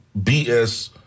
BS